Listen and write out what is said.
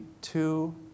two